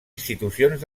institucions